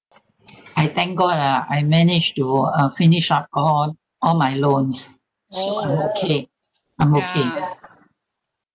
I thank god lah I managed uh to finish up all all my loans so I'm okay I'm okay